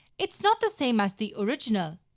it's not the same as the original.